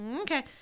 Okay